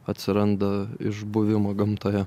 atsiranda iš buvimo gamtoje